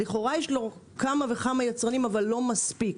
לכאורה יש לו כמה וכמה יצרנים אבל לא מספיק.